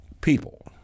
people